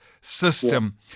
system